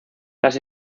las